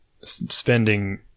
spending